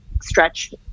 stretch